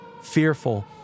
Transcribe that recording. fearful